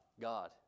God